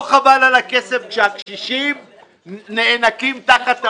לא חבל על הכסף כשהקשישים נאנקים תחת העול?